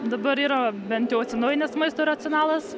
dabar yra bent jau atsinaujinęs maisto racionalas